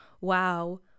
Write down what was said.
wow